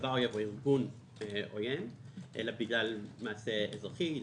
צבא אויב או ארגון עוין אלא בגלל מעשה אזרחי,